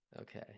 okay